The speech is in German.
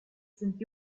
sind